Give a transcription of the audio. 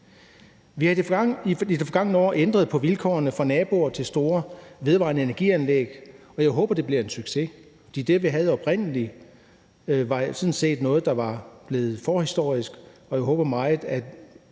Vi har i det forgangne år ændret på vilkårene for naboer til store vedvarende energi-anlæg, og jeg håber, det bliver en succes. Det, vi havde oprindelig, var sådan set noget, der var blevet forhistorisk, og jeg håber meget,